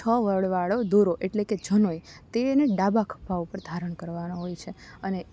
છ વળવાળો દોરો એટલે કે જનોઈ તે એને ડાબા ખભા ઉપર ધારણ કરવાનો હોય છે અને